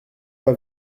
pas